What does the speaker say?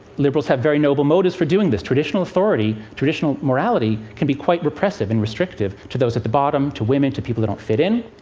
liberals have very noble motives for doing this. traditional authority and morality can be quite repressive and restrictive to those at the bottom, to women, to people who don't fit in.